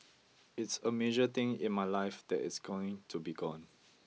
it's a major thing in my life that it's going to be gone